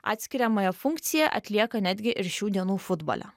atskiriamą funkciją atlieka netgi ir šių dienų futbole